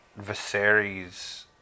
viserys